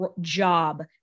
job